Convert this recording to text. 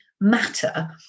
matter